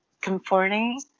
comforting